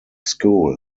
school